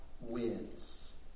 wins